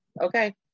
Okay